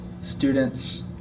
students